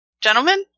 Gentlemen